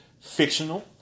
Fictional